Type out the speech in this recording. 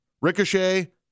ricochet